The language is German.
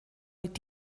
mit